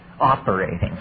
operating